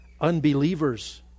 unbelievers